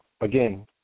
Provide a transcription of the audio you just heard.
again